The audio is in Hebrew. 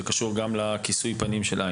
זה קשור גם לכיסוי הפנים של ע'.